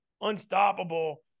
unstoppable